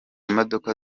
modoka